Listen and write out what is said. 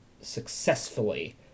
successfully